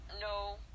No